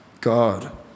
God